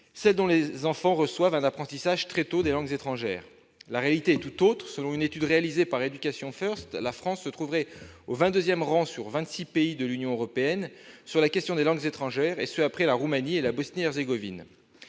celles dont les enfants reçoivent très tôt un apprentissage des langues étrangères. La réalité est tout autre : selon une étude réalisée par Education First, la France se trouverait au 22 rang sur 26 pays européens en ce qui concerne les langues étrangères après la Roumanie et la Bosnie-Herzégovine.